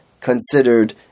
considered